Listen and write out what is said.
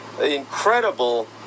incredible